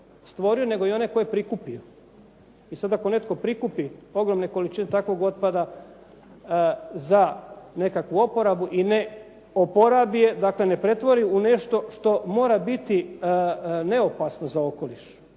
stvorio nego i onaj koji je prikupio. I sada ako netko prikupi ogromne količine takvog otpada za nekakvu oporabu i ne oporabi, dakle, ne pretvori u nešto što mora biti neopasno za okoliš